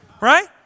Right